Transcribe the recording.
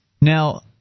Now